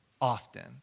often